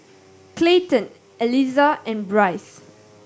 Clayton Eliza and Bryce